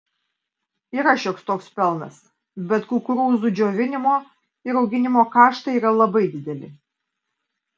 yra šioks toks pelnas bet kukurūzų džiovinimo ir auginimo kaštai yra labai dideli